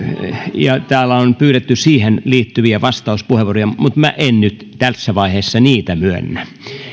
ja täällä on pyydetty siihen liittyviä vastauspuheenvuoroja mutta mutta minä en nyt tässä vaiheessa niitä myönnä